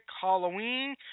Halloween